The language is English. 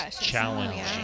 challenging